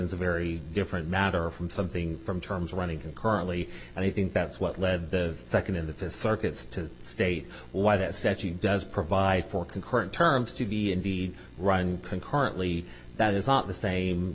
terminations a very different matter from something from terms running concurrently and i think that's what led the second in the fifth circuit to state why that statute does provide for concurrent terms to be indeed run concurrently that is not the same